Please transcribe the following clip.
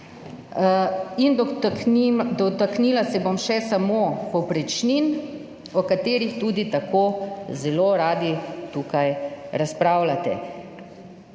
Dotaknila se bom še samo povprečnin, o katerih tudi tako zelo radi tukaj razpravljate.